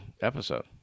episode